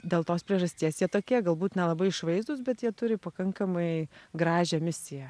dėl tos priežasties jie tokie galbūt nelabai išvaizdūs bet jie turi pakankamai gražią misiją